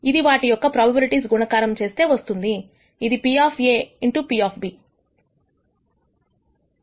ఇది వాటి ప్రొబబిలిటీస్ గుణకారము చేస్తే వస్తుంది ఇది P X P